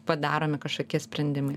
padaromi kažkokie sprendimai